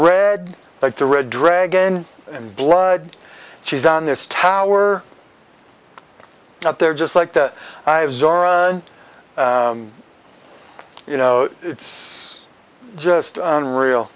red like the red dragon and blood she's on this tower out there just like that you know it's just on re